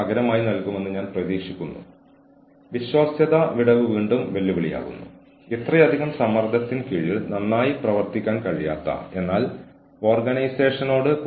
സംഘടന നിങ്ങളിൽ നിന്ന് എന്താണ് പ്രതീക്ഷിക്കുന്നതെന്നും എന്താണ് മൂല്യങ്ങളെന്നും സംസ്കാരം എങ്ങനെയുള്ളതാണെന്നും നിങ്ങളോട് പറയുന്നു